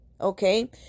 okay